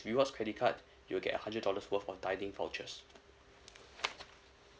rewards credit card you'll get a hundred dollars worth of dining vouchers